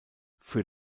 für